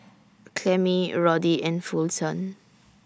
Clemmie Roddy and Fulton